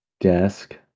desk